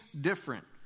different